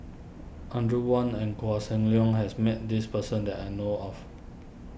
Audrey Wong and Koh Seng Leong has met this person that I know of